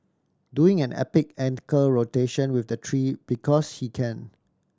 doing an epic ankle rotation with the tree because he can